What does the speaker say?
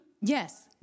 yes